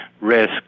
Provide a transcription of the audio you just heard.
risk